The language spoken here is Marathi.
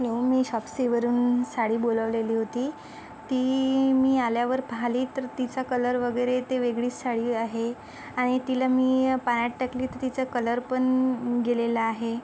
लो मी शॉपसीवरून साडी बोलवलेली होती ती मी आल्यावर पाहली तर तिचा कलर वगैरे ते वेगळीच साळी आहे आणि तिला मी पाण्यात टाकली तर तिचा कलर पण गेलेला आहे